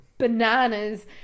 Bananas